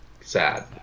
sad